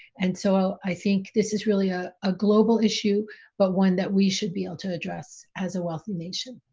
and so i think this is really ah a global issue but one that we should be able to address as a wealthy nation.